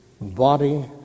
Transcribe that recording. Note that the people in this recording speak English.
body